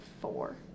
four